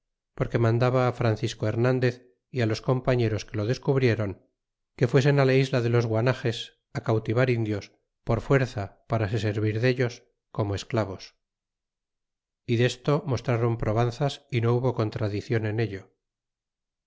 porque mandaba francisco s hernandez y los compañeros que lo descubriéron que fuesen la isla de los guanajos á cautivar indios por fuerza para se servir dellos como esclavos y desto mostrron probanzas y no hubo contradicion en ello